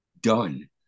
done